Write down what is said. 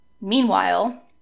Meanwhile